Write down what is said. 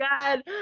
God